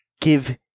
give